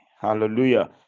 hallelujah